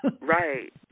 Right